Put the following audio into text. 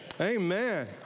Amen